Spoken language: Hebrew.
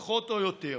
פחות או יותר.